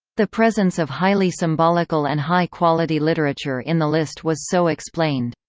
the presence of highly symbolical and high-quality literature in the list was so explained.